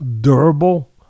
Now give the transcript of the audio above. durable